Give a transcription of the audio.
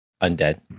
Undead